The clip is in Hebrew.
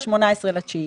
המקצועית.